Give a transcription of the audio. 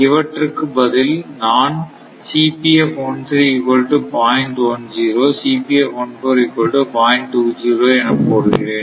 அவற்றுக்கு பதில் நான் என போடுகிறேன்